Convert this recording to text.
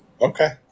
Okay